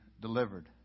delivered